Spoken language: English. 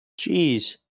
Jeez